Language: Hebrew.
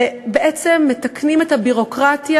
ובעצם מתקנים את הביורוקרטיה,